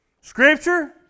Scripture